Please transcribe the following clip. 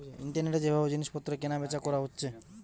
ইন্টারনেটে যে ভাবে জিনিস পত্র কেনা বেচা কোরা যাচ্ছে